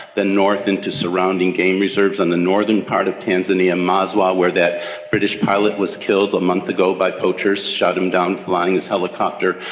then north into surrounding game reserves in the northern part of tanzania, maswa were that british pilot was killed a month ago by poachers, shot him down flying his helicopter,